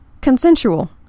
Consensual